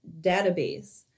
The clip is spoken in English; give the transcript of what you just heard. database